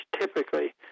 typically